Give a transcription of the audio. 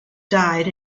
died